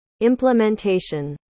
implementation